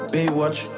Baywatch